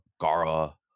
Gara